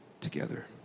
together